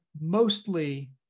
mostly